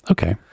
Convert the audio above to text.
Okay